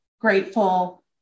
grateful